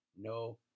no